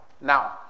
Now